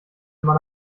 immer